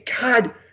God